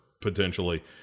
potentially